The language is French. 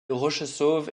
rochessauve